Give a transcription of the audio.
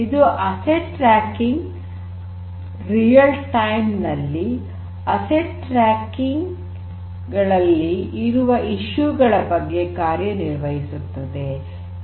ಇದು asset tracking ನೈಜ ಸಮಯದಲ್ಲಿ ಅಸೆಟ್ ಟ್ರಾಕಿಂಗ್ ಗಳಲ್ಲಿ ಇರುವ ಇಶ್ಯೂ ಗಳ ಬಗ್ಗೆ ಕಾರ್ಯ ನಿರ್ವಹಿಸುತ್ತದೆ